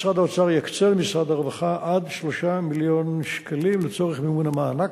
משרד האוצר יקצה למשרד הרווחה עד 3 מיליון שקלים לצורך מימון המענק,